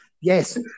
Yes